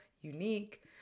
unique